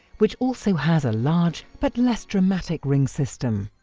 which also has a large, but less dramatic ring system.